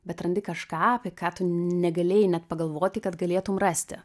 bet randi kažką apie ką tu negalėjai net pagalvoti kad galėtum rasti